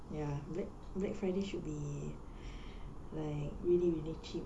ya black black friday should be like really really cheap